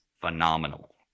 phenomenal